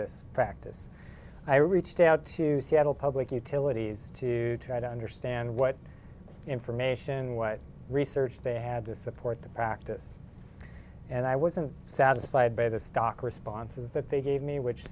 this practice i reached out to seattle public utilities to try to understand what information what research they had to support the practice and i wasn't satisfied by the stock responses that they gave me which